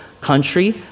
country